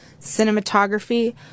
cinematography